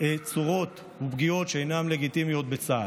צורות ופגיעות שאינן לגיטימיות בצה"ל.